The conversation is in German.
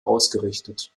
ausgerichtet